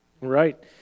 Right